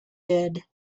did